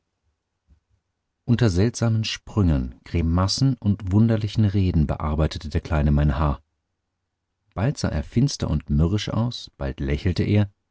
unter seltsamen sprüngen grimassen und wunderlichen reden bearbeitete der kleine mein haar bald sah er finster und mürrisch aus bald lächelte er